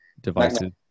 devices